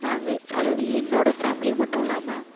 நாங்கள் அதாவது என்னோட ஃபேமிலி மட்டும் இல்லாமல்